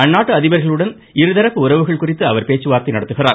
அந்நாட்டு அதிபர்களுடன் இருதரப்பு உறவுகள் குறித்து அவர் பேச்சுவார்த்தை நடத்துகிறார்